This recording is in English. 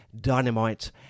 dynamite